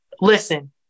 Listen